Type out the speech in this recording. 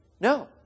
No